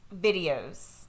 videos